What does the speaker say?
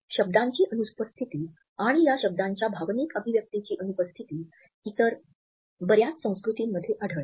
शब्दांची अनुपस्थिती आणि या शब्दांच्या भावनिक अभिव्यक्तिची अनुपस्थिती इतर बर्याच संस्कृतींमध्ये आढळते